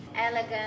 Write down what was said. elegant